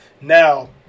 Now